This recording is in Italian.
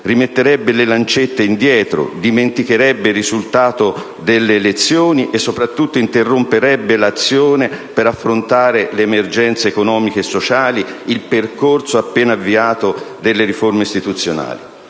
rimetterebbe le lancette indietro, dimenticherebbe il risultato delle elezioni e, soprattutto, interromperebbe l'azione per affrontare le emergenze economiche e sociali e il percorso appena avviato delle riforme istituzionali.